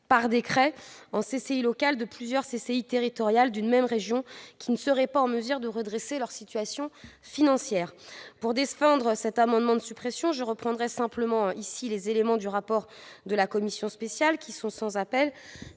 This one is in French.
par décret, de plusieurs CCI territoriales d'une même région qui ne seraient pas en mesure de redresser leur situation financière. Pour défendre cet amendement de suppression, je reprendrai simplement les éléments du rapport de la commission spéciale, qui sont sans appel